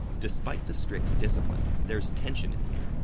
despite the strict discipline, there's tension in the.